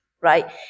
right